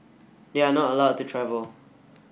they are not allowed to travel